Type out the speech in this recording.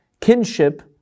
kinship